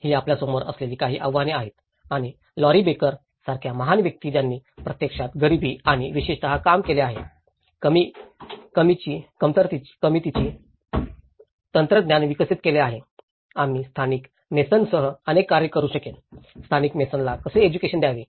ही आपल्यासमोर असलेली काही आव्हाने आहेत आणि लॉरी बेकर सारख्या महान व्यक्ती ज्यांनी प्रत्यक्षात गरीब आणि विशेषतः काम केले आहे कमी किमतीची तंत्रज्ञान विकसित केले आहे आम्ही स्थानिक मेसनसह कसे कार्य करू शकेन स्थानिक मेसनला कसे एज्युकेशन द्यावे